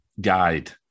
guide